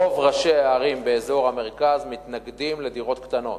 רוב ראשי הערים באזור המרכז מתנגדים לדירות קטנות.